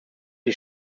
die